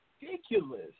ridiculous